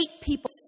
people